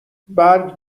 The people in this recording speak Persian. برگ